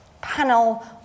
panel